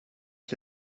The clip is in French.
que